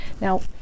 Now